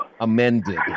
amended